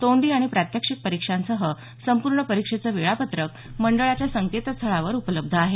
तोंडी आणि प्रात्यक्षिक परीक्षांसह संपूर्ण परीक्षेचं वेळापत्रक मडळाच्या संकेतस्थळावर उपलब्ध आहे